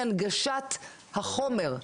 הנגשת החומר.